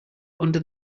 under